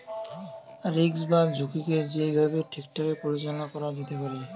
risk বা ঝুঁকিকে যেই ভাবে ঠিকঠাক পরিচালনা করা যেতে পারে